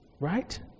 right